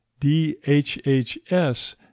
DHHS